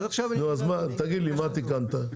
תגיד לי מה תיקנת.